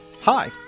Hi